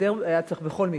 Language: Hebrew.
גדר צריך בכל מקרה.